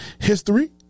history